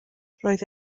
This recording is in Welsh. roedd